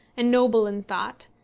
and noble in thought,